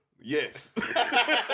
Yes